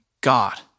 God